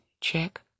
check